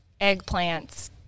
eggplants